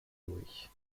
durch